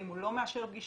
האם הוא לא מאשר פגישות,